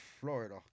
Florida